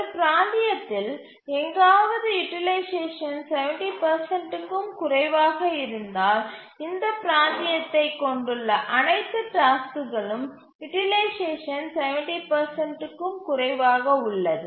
ஒரு பிராந்தியத்தில் எங்காவது யூட்டிலைசேஷன் 70 க்கும் குறைவாக இருந்தால் இந்த பிராந்தியத்தை கொண்டுள்ள அனைத்து டாஸ்க்குகளும் யூட்டிலைசேஷன் 70 க்கும் குறைவாக உள்ளது